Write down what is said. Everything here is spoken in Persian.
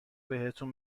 بهتون